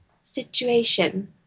situation